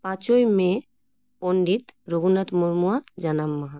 ᱯᱟᱸᱪᱳᱭ ᱢᱮ ᱯᱩᱱᱰᱤᱛ ᱨᱚᱜᱷᱩᱱᱟᱛᱷ ᱢᱩᱨᱢᱩᱣᱟᱜ ᱡᱟᱱᱟᱢ ᱢᱟᱦᱟ